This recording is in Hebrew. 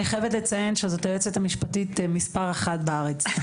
אני חייבת לציין שזאת היועצת המשפטית מספר 1 בארץ.